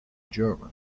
german